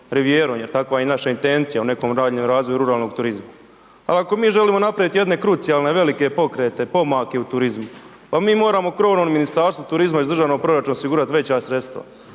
rivijerom jer takva je i naša intencija u nekom daljnjem razvoju ruralnog turizma. Ali ako mi želimo napravit jedne krucijalne velike pokrete, pomake u turizmu pa mi moramo krovnom Ministarstvu turizma iz državnog proračuna osigurat veća sredstva,